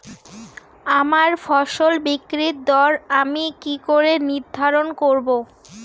আমার ফসল বিক্রির দর আমি কি করে নির্ধারন করব?